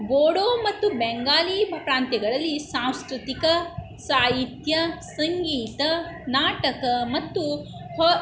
ಬೋಡೋ ಮತ್ತು ಬೆಂಗಾಲಿ ಪ್ರಾಂತ್ಯಗಳಲ್ಲಿ ಸಾಂಸ್ಕೃತಿಕ ಸಾಹಿತ್ಯ ಸಂಗೀತ ನಾಟಕ ಮತ್ತು ಹ